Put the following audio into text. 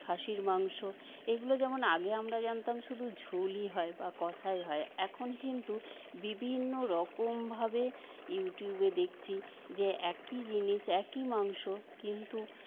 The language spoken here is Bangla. খাসির মাংস এগুলো যেমন আগে আমরা জানতাম শুধু ঝোলই হয় বা কষাই হয় এখন কিন্তু বিভিন্নরকমভাবে ইউটিউবে দেখছি যে একই জিনিস একই মাংস কিন্তু